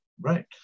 right